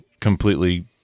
completely